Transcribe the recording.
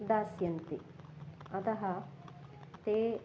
दास्यन्ति अतः ते